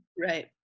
Right